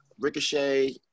Ricochet